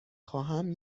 خواهم